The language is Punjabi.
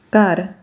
ਘਰ